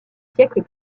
siècles